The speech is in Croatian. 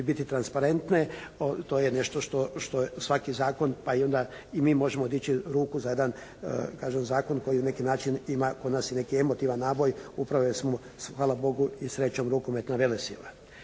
biti transparentno, to je nešto što svaki zakon pa i onda i mi možemo dići ruku za jedan kažem zakon koji neki način ima kod nas i neki emotivan naboj upravo jer smo hvala Bogu i srećom rukometna velesila.